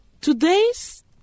Today's